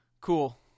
Cool